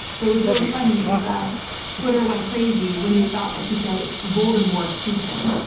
but what's really funny is that twitter went crazy when they thought that she said voldemort putin.